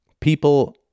People